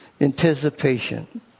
Anticipation